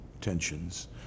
tensions